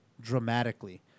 dramatically